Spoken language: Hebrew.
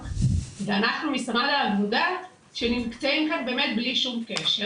ואנחנו משרד העבודה שנמצאים כאן באמת בלי שום קשר,